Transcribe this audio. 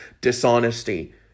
dishonesty